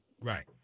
Right